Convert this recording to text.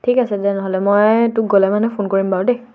ঠিক আছে তেনেহ'লে মই তোক গ'লে মানে ফোন কৰিম বাৰু দেই